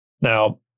Now